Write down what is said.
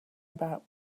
about